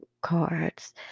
cards